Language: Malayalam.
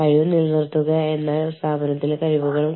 കാരണം അതെല്ലാം സ്വയം വിശദീകരിക്കുന്നതാണ്